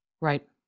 Right